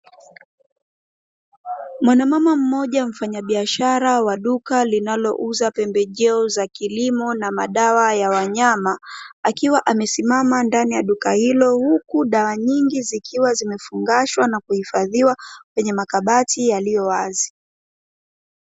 Mwana mama mmoja mfanyabiashara wa duka linalouza pembejeo za kilimo na madawa ya wanyama akiwa amesimama ndani ya duka hilo, huku dawa nyingi zikiwa zimefungashwa na kuhifadhiwa katika makabati yaliyo wazi.